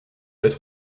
être